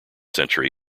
century